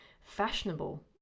fashionable